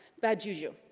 bad juju.